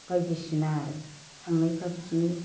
बायदिसिना थांनायफोरा बिदिनो